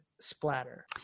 splatter